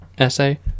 essay